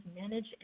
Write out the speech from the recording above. manage